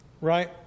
right